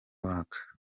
uwaka